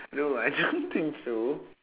no I don't think so